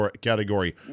category